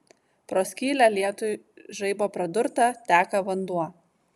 pro skylę lietuj žaibo pradurtą teka vanduo